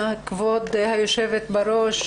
כבוד היושבת-בראש,